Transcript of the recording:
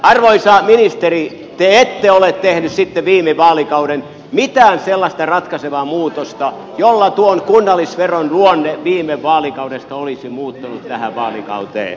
arvoisa ministeri te ette ole tehnyt sitten viime vaalikauden mitään sellaista ratkaisevaa muutosta jolla tuon kunnallisveron luonne viime vaalikaudesta olisi muuttunut tähän vaalikauteen